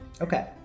okay